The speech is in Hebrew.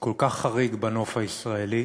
כל כך חריג בנוף הישראלי,